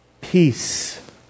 Peace